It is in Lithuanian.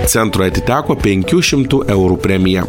centrui atiteko penkių šimtų eurų premija